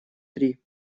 три